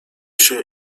się